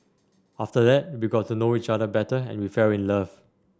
after that we got to know each other better and we fell in love